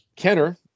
Kenner